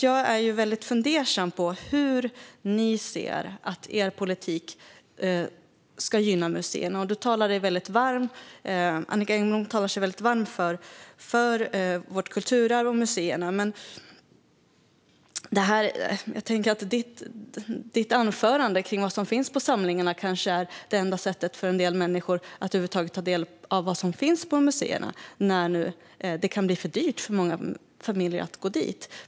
Jag är väldigt fundersam på hur ni ser att er politik ska gynna museerna. Du, Annicka Engblom, talar dig varm för vårt kulturarv och för museerna, men ditt anförande om vad som finns i samlingarna kanske är det enda sättet för en del människor att över huvud taget ta del av vad som finns på museerna när det nu kan bli för dyrt för många familjer att gå dit.